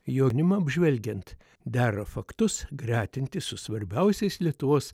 jaunimą apžvelgiant dera faktus gretinti su svarbiausiais lietuvos